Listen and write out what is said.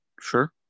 sure